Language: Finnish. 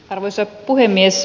arvoisa puhemies